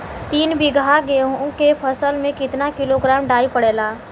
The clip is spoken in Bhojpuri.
तीन बिघा गेहूँ के फसल मे कितना किलोग्राम डाई पड़ेला?